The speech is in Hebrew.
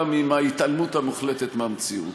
גם עם ההתעלמות המוחלטת מהמציאות.